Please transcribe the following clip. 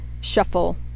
shuffle